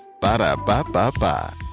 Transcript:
Ba-da-ba-ba-ba